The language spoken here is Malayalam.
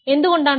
എന്തുകൊണ്ടാണത്